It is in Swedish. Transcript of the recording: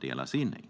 delas in i.